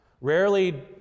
rarely